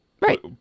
Right